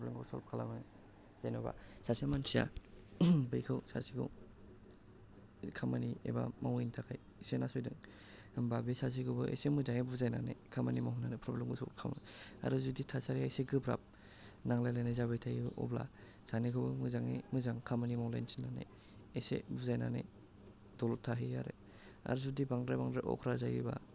प्रब्लेमखौ solve खालामो जेन'बा सासे मानसिया बेखौ सासेखौ खामानि एबा मावैनि थाखाय एसे नासयदों होम्बा बे सासेखौबो एसे मोजाङै बुजायनानै खामानि मावहोनो प्रब्लेमखौ सल्भ खालामगोन आरो जुदि थासारिया एसे गोब्राब नांलायलायनाय जाबाय थायो अब्ला सानैखौबो मोजाङै मोजां खामानि मावलायनो थिनलायनानै एसे बुजायनानै दलद थाहोयो आरो आरो जुदि बांद्राय बांद्राय अख्रा जायोबा